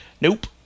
Nope